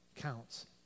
counts